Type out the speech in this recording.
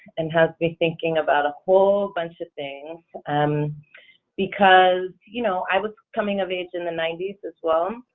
and has me thinking about a whole bunch of things and because, you know, i was coming of age in the ninety s as well,